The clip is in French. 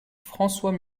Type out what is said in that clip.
françois